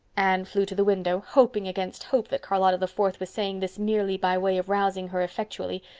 anne flew to the window, hoping against hope that charlotta the fourth was saying this merely by way of rousing her effectually.